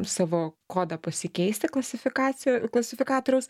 savo kodą pasikeisti klasifikaciją klasifikatoriaus